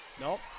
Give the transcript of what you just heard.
nope